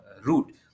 route